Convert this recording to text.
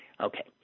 Okay